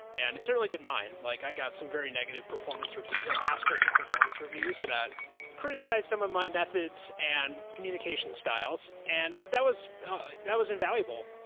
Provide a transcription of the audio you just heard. and it's a really good mind, like i got some very negative performance reviews, or aspects of performance reviews that criticized some of my methods and communication styles, and but that was ah that was invaluable.